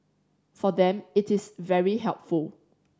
for them it is very helpful